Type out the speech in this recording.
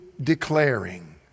declaring